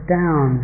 down